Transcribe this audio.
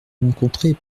rencontrées